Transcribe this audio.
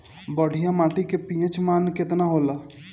बढ़िया माटी के पी.एच मान केतना होला?